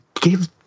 give